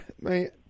Man